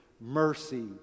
Mercy